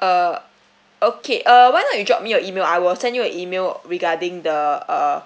uh okay uh why not you drop me your email I will send you an email regarding the uh